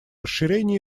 расширении